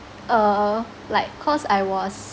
uh like cause I was